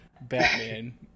Batman